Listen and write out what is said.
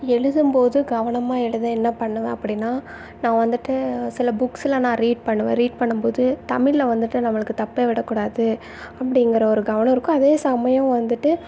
எழுதும்போது கவனமாக எழுத என்ன பண்ணுவேன் அப்படின்னா நான் வந்துவிட்டு சில புக்ஸுலாம் நான் ரீட் பண்ணுவேன் ரீட் பண்ணும்போது தமிழில் வந்துவிட்டு நம்மளுக்கு தப்பே விடக்கூடாது அப்படிங்கிற ஒரு கவனம் இருக்கும் அதே சமயம் வந்துவிட்டு